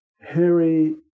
Harry